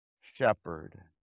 shepherd